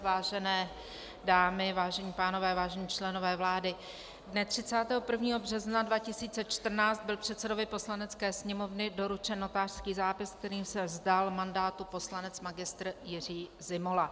Vážené dámy, vážení pánové, vážení členové vlády, dne 31. března 2014 byl předsedovi Poslanecké sněmovny doručen notářský zápis, kterým se vzdal mandátu poslanec magistr Jiří Zimola.